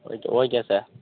okay okay sir